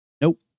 Nope